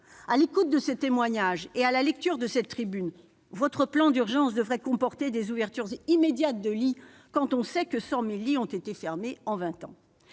À l'écoute de ce témoignage et à la lecture de cette tribune, votre plan d'urgence devrait comporter des ouvertures immédiates de lits, surtout quand on sait que 100 000 d'entre eux ont été fermés en vingt ans.